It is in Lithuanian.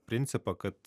principą kad